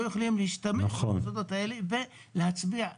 יכולים להשתמש במוסדות האלה ולהצביע שם.